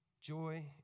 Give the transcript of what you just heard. Joy